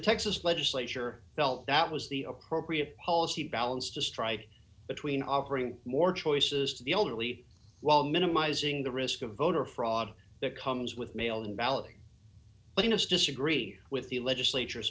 texas legislature felt that was the appropriate policy balance to strike between offering more choices to the elderly while minimizing the risk of voter fraud that comes with mail in ballot letting us disagree with the legislature